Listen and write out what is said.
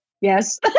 yes